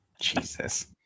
Jesus